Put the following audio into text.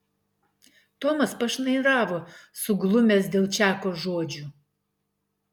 tomas pašnairavo suglumęs dėl čako žodžių